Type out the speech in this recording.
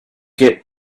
get